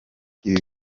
ibi